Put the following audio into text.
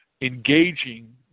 engaging